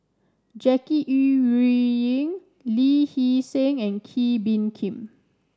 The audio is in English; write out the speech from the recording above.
Jackie Yi Ru Ying Lee Hee Seng and Kee Bee Khim